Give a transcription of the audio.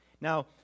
Now